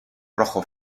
rojo